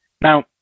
Now